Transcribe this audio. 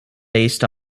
based